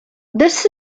this